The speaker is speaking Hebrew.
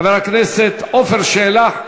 חבר הכנסת עפר שלח,